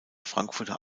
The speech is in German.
frankfurter